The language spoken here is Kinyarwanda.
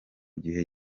gihe